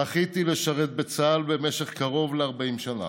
זכיתי לשרת בצה"ל במשך קרוב ל-40 שנה.